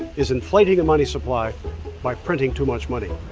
is inflating the money supply by printing too much money.